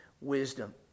wisdom